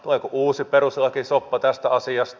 tuleeko uusi peruslakisoppa tästä asiasta